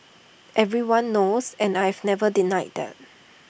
everyone knows and I have never denied that